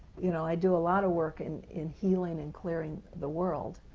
you know, i do a lot of work in in healing and clearing the world.